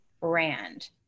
brand